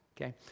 Okay